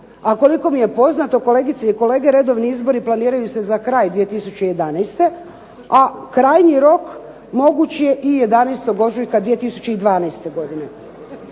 A koliko mi je poznato kolegice i kolege redovni izbori planiraju se za kraj 2011. a krajnji rok moguć je i 11. ožujka 2012. godine.